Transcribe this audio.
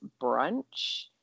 brunch